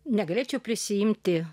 negalėčiau prisiimti